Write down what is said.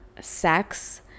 sex